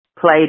played